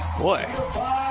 Boy